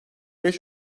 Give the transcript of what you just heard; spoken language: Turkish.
beş